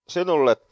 Sinulle